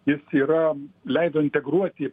jis yra leido integruoti